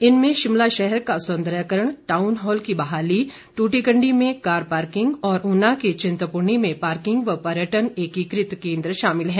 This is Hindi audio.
इनमें शिमला शहर का सौंदर्यकरण टाउन हॉल की बहाली ट्टीकंडी में कार पार्किंग और ऊना के थिंतपूर्णी में पार्किंग व पर्यटक एकीकृत केंद्र शामिल हैं